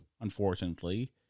unfortunately